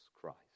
Christ